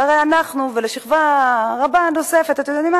שהרי לנו, ולשכבה נוספת, אתם יודעים מה?